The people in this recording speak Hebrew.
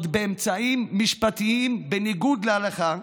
ועוד באמצעים משפטיים, בניגוד להלכה,